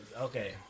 Okay